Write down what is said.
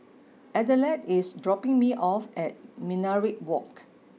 Adelard is dropping me off at Minaret Walk